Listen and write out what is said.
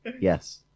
Yes